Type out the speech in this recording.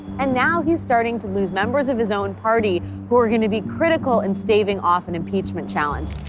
and now he's starting to lose members of his own party who are going to be critical in staving off an impeachment challenge.